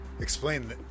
Explain